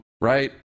right